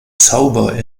zauber